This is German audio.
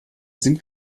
sim